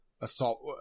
assault